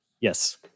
Yes